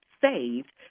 saved